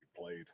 played